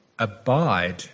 abide